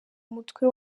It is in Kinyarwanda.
umutwe